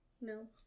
No